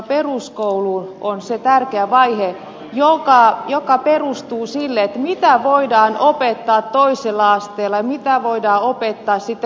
peruskoulu on se tärkeä vaihe joka luo perustan sille mitä voidaan opettaa toisella asteella ja mitä voidaan opettaa sitten korkeakouluasteella